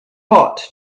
hot